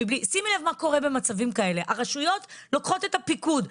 מה שקורה במצבים כאלה זה שהרשויות לוקחות את הפיקוד,